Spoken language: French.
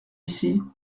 ici